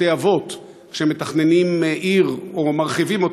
בתי-אבות כשמתכננים עיר או כשמרחיבים אותה,